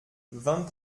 vingt